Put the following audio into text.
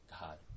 God